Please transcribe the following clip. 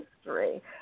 history